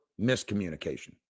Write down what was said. miscommunication